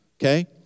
Okay